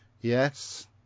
yes